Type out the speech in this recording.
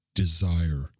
Desire